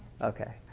Okay